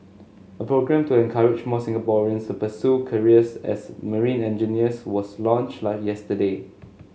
a programme to encourage more Singaporeans to pursue careers as marine engineers was launched yesterday